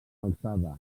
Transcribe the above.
alçada